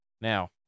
Now